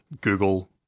Google